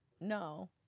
No